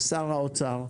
לשר האוצר,